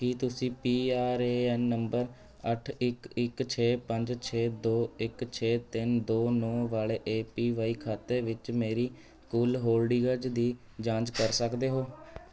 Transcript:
ਕੀ ਤੁਸੀਂ P R A N number ਅੱਠ ਇੱਕ ਇੱਕ ਛੇ ਪੰਜ ਛੇ ਦੋ ਇੱਕ ਛੇ ਤਿੰਨ ਦੋ ਨੌਂ ਵਾਲੇ ਏ ਪੀ ਵਾਈ ਖਾਤੇ ਵਿੱਚ ਮੇਰੀ ਕੁੱਲ ਹੋਲਡਿੰਗਜ਼ ਦੀ ਜਾਂਚ ਕਰ ਸਕਦੇ ਹੋ